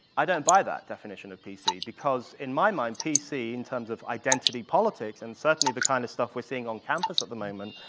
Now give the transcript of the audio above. i don't buy that definition of p c. because, in my mind, p c, in terms of identity politics, and certainly the kind of stuff we're seeing on campus at the moment,